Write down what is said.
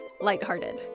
lighthearted